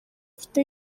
afite